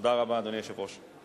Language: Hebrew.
תודה רבה, אדוני היושב-ראש.